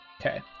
Okay